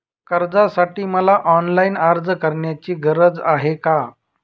कर्जासाठी मला ऑनलाईन अर्ज करण्याची गरज आहे का?